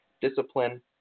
discipline